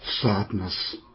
Sadness